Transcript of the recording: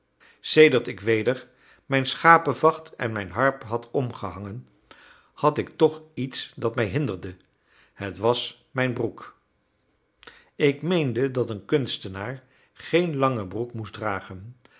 sedert ik weder mijn schapevacht en mijn harp had omgehangen had ik toch iets dat mij hinderde het was mijn broek ik meende dat een kunstenaar geen lange broek moest dragen